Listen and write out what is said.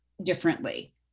differently